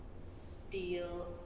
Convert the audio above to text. steel